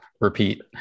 repeat